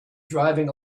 driving